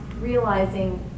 realizing